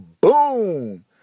Boom